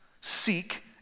Seek